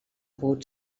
pogut